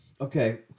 Okay